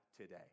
today